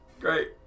Great